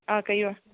okay